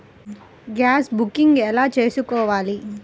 Gas booking ఎలా చేసుకోవాలి?